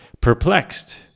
perplexed